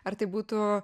ar tai būtų